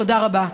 תודה רבה.